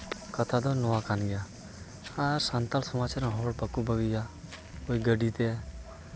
ᱠᱟᱛᱷᱟ ᱫᱚ ᱱᱚᱣᱟ ᱠᱟᱱ ᱜᱮᱭᱟ ᱟᱨ ᱥᱟᱱᱛᱟᱲ ᱥᱚᱢᱟᱡᱽ ᱨᱮᱱ ᱦᱚᱲ ᱵᱟᱠᱚ ᱵᱷᱟᱹᱜᱤᱭᱟ ᱚᱠᱚᱭ ᱜᱟᱹᱰᱤᱛᱮ